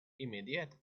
immediate